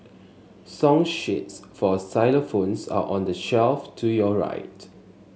song sheets for xylophones are on the shelf to your right